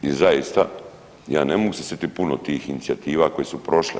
I zaista ja ne mogu se sititi puno tih inicijativa koje su prošle.